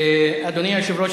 אדוני היושב-ראש,